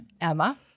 Emma